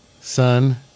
Son